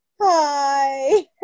Hi